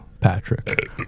patrick